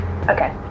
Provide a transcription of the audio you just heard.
Okay